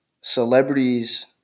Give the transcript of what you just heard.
celebrities